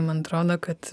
man atrodo kad